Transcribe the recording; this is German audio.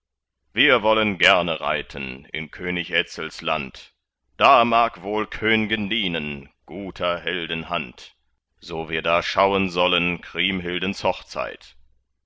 wir wollen gerne reiten in könig etzels land da mag wohl köngen dienen guter helden hand so wir da schauen sollen kriemhildens hochzeit